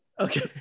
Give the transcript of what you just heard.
Okay